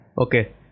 okay